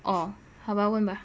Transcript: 哦好吧问吧